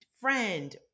friend